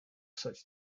such